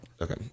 Okay